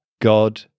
God